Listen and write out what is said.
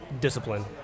discipline